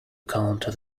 counter